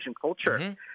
culture